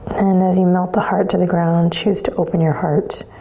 and as you melt the heart to the ground, choose to open your heart